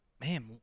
Man